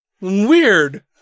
Weird